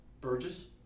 Burgess